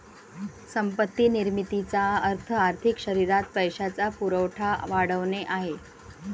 संपत्ती निर्मितीचा अर्थ आर्थिक शरीरात पैशाचा पुरवठा वाढवणे आहे